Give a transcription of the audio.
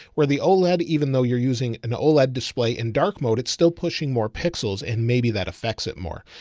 where the old led, even though you're using an old led display in dark mode, it's still pushing more pixels. and maybe that affects it more.